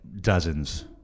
dozens